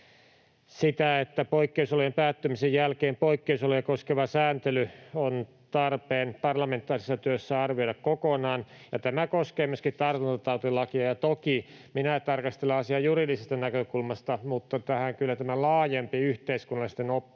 sitä, että poikkeusolojen päättymisen jälkeen poikkeusoloja koskeva sääntely on tarpeen parlamentaarisessa työssä arvioida kokonaan, ja tämä koskee myöskin tartuntatautilakia. Toki minä tarkastelen asiaa juridisesta näkökulmasta, mutta kyllä tämä laajempi yhteiskunnallisten oppien